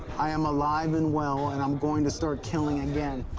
i am alive and well, and i'm going to start killing again.